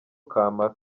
kamara